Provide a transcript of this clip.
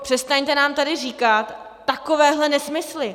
Přestaňte nám tady říkat takovéhle nesmysly.